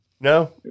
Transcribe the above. No